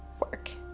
work,